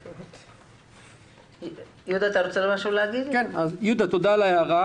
יהודה מלכה, תודה על ההערה.